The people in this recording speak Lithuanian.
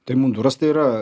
tai munduras tai yra